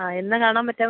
ആ എന്നാണ് കാണാൻ പറ്റുക